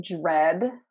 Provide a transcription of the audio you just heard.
dread